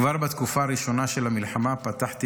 כבר בתקופה הראשונה של המלחמה פתחתי